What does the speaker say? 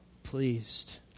pleased